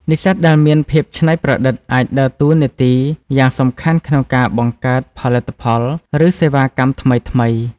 និស្សិតដែលមានភាពច្នៃប្រឌិតអាចដើរតួនាទីយ៉ាងសំខាន់ក្នុងការបង្កើត ផលិតផល ឬសេវាកម្មថ្មីៗ។